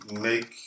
make